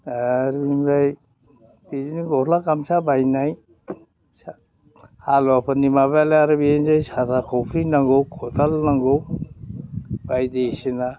आरो इनिफ्राय बिदिनो गस्ला गामसा बायनाय हालुवाफोरनि माबायालाय बेनोसै साथा खफ्रि नांगौ खदाल नांगौ बायदिसिना